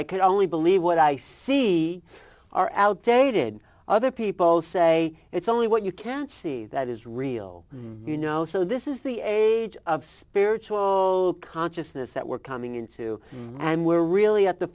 can only believe what i see are outdated other people say it's only what you can't see that is real you know so this is the age of spiritual consciousness that we're coming into and we're really at the